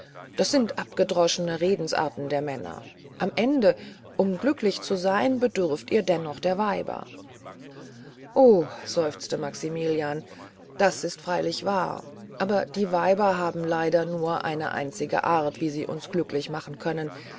das sind abgedroschene redensarten der männer am ende um glücklich zu sein bedürft ihr dennoch der weiber oh seufzte maximilian das ist freilich wahr aber die weiber haben leider nur eine einzige art wie sie uns glücklich machen können